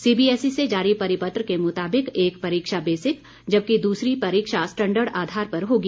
CBSE से जारी परिपत्र के मुताबिक एक परीक्षा बेसिक जबकि दूसरी परीक्षा स्टैंडर्ड आधार पर होगी